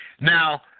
Now